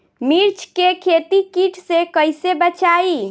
मिर्च के खेती कीट से कइसे बचाई?